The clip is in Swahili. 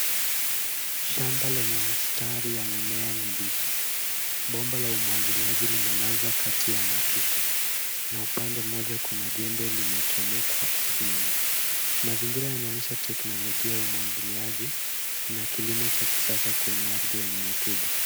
Shamba lenye mistari ya mimea mibichi. Bomba la umwagiliaji limelazwa kati ya matuta na upande mmoja kuna jembe limechomekwa ardhini. Mazingira yanaonyesha teknolojia ya umwagiliaji na kilimo cha kisasa kwenye ardhi yenye rotuba.